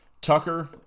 Tucker